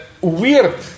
weird